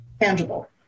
tangible